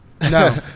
No